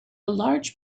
large